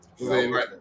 Right